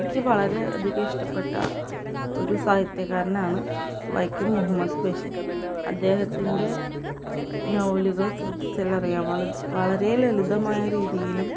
എനിക്ക് വളരെ അധികം ഇഷ്ടപ്പെട്ട ഒരു സാഹിത്യകാരനാണ് വൈക്കം മുഹമ്മദ് ബഷീർ അദ്ദേഹത്തിൻ്റെ നോവലുകൾ ശ്രദ്ധിച്ചാൽ അറിയാം വളരെ ലളിതമായ രീതിയിലും